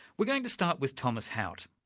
we're going to start with thomas hout.